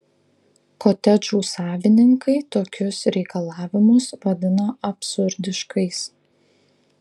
kotedžų savininkai tokius reikalavimus vadina absurdiškais